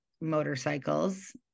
motorcycles